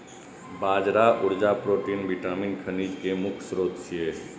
बाजरा ऊर्जा, protein, vitamin, खनिज के मुख्य स्रोत छियै